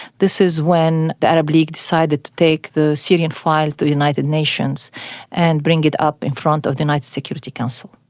this is when the arab league decided to take the syrian file to the united nations and bring it up in front of the united security council.